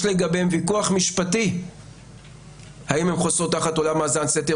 לגביהן ויכוח משפטי האם הן חוסות תחת עולם האזנת סתר